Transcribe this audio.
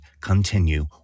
continue